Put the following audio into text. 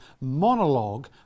monologue